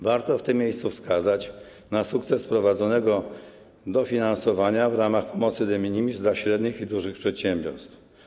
Warto w tym miejscu wskazać na sukces prowadzonego dofinansowania w ramach pomocy de minimis dla średnich i dużych przedsiębiorstw.